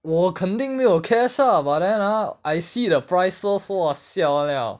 我肯定没有 lah but then ah I see the prices !wah! siao liao